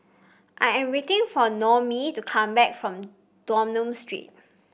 I am waiting for Noemie to come back from Dunlop Street